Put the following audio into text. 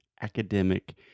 academic